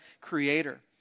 creator